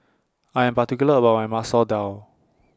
I Am particular about My Masoor Dal